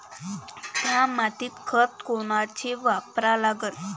थ्या मातीत खतं कोनचे वापरा लागन?